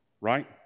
Right